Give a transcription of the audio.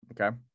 okay